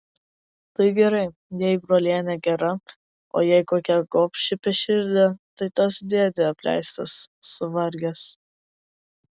tai gerai jei brolienė gera o jei kokia gobši beširdė tai tas dėdė apleistas suvargęs